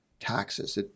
taxes